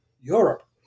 Europe